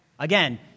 Again